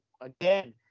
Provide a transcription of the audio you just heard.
again